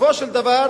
ובסופו של דבר,